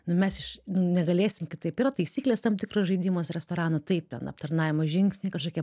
nu mes iš negalėsim kitaip yra taisyklės tam tikros žaidimas restorano taip ten aptarnavimo žingsniai kažkokie